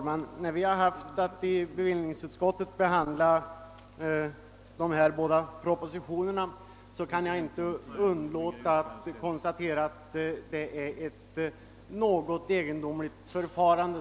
Herr talman! När vi behandlade de här båda propositionerna i bevillnings utskottet, kunde jag inte underlåta att konstatera att vi ställdes inför ett något egendomligt förfarande.